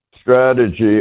strategy